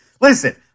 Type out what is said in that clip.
Listen